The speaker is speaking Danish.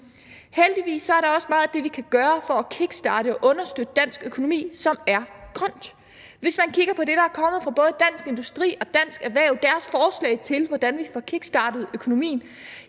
Heldigvis er der også meget af det, vi kan gøre for at kickstarte og understøtte dansk økonomi, som er grønt. Hvis man kigger på det, der er kommet fra både Dansk Industri og Dansk Erhverv – deres forslag til, hvordan vi får kickstartet økonomien